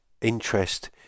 interest